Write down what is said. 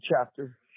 chapter